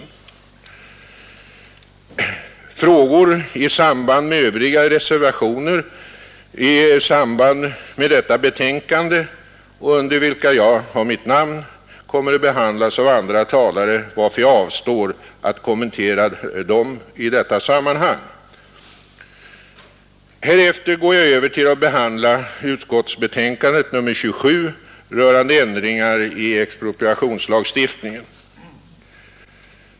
Frågor i samband med med övriga reservationer i detta betänkande, under vilka jag har mitt namn, kommer att behandlas av andra talare, varför jag avstår från att kommentera dem i detta sammanhang. Härefter går jag över till att behandla civilutskottets betänkande nr 27 rörande ändringar i expropriationslagstiftningen.